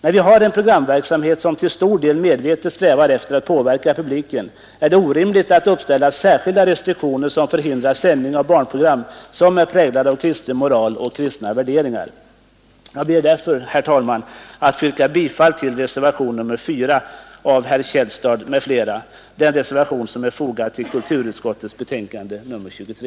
När vi har en programverksamhet som till stor del medvetet strävar efter att påverka publiken, är det orimligt att uppställa särskilda restriktioner som förhindrar sändning av barnprogram som är präglade av kristen moral och kristna värderingar. Jag ber därför, herr talman, att få yrka bifall till reservationen 4 av herr Källstad m.fl. som är fogad till kulturutskottets betänkande nr 23.